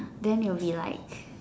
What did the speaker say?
then it will be like